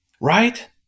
Right